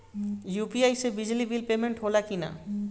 UPI से बिजली bill payment होला कि न?